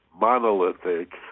monolithic